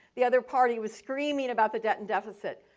the other party was screaming about the debt and deficit.